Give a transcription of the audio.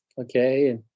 Okay